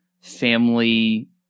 family